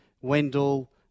Wendell